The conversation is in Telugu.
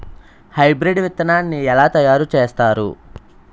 హైబ్రిడ్ విత్తనాన్ని ఏలా తయారు చేస్తారు?